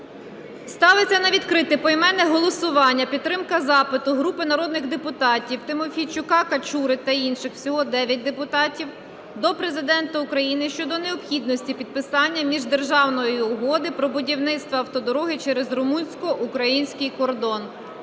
Ставиться на відкрите поіменне голосування підтримка запиту групи народних депутатів (Тимофійчука, Качури та інших. Всього 9 депутатів) до Президента України щодо необхідності підписання міждержавної угоди про будівництво автодороги через румунсько-український кордон.